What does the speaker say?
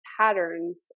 patterns